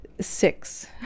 six